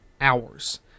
hours